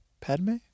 Padme